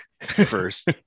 first